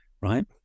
right